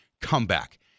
Comeback